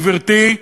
גברתי,